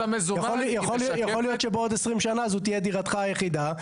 יכול להיות שבעוד עשרים שנה זו תהיה דירתך היחידה,